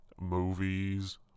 movies